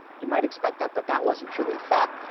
you might expect that, but that wasn't true. in fact,